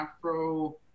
Afro